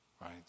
right